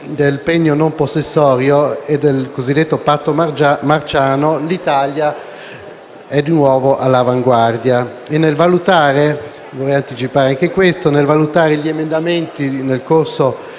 del pegno non possessorio e del cosiddetto patto marciano, l'Italia è di nuovo all'avanguardia. Vorrei anticipare che nel valutare gli emendamenti nel corso